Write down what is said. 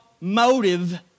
motive